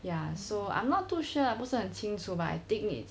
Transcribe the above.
ya so I'm not too sure 不是很清楚 but I think need